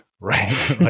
right